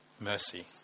Mercy